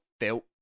felt